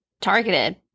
targeted